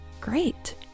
Great